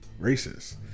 racist